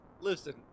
Listen